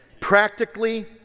Practically